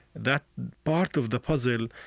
that part of the puzzle,